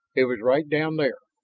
it was right down there.